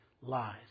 lies